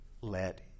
let